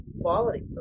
quality